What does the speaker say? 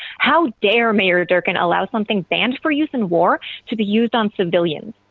how dare mayor durkan allow something but and for use in war to be used on civilians.